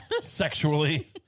sexually